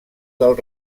del